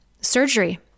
surgery